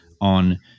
on